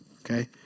okay